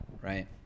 right